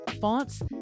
fonts